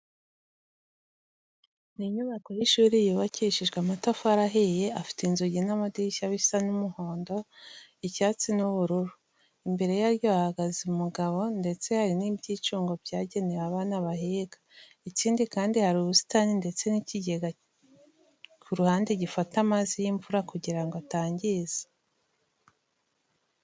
Ni inyubako y'ishuri yubakishijwe amatafari ahiye, ifite inzugi n'amadirishya bisa umuhondo, icyatsi n'ubururu. Imbere yaryo hahagaze umugabo ndetse hari n'ibyicungo byagenewe abana bahiga. Ikindi kandi, hari ubusitani ndetse n'ikigega ku ruhande gifata amazi y'imvura kugira ngo atangiza.